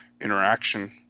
interaction